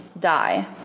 die